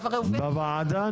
עניין...